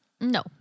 No